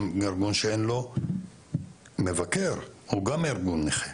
גם ארגון שאין לו מבקר הוא גם ארגון נכה.